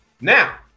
now